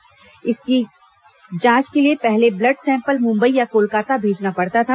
पहले इसकी जांच के लिए ब्लड सेंपल मुंबई या कोलकाता भेजना पड़ता था